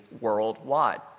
worldwide